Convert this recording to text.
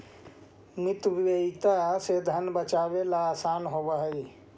मितव्ययिता से धन बचावेला असान होवऽ हई